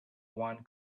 one